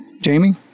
Jamie